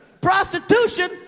Prostitution